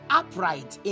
upright